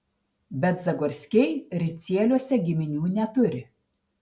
bet zagorskiai ricieliuose giminių neturi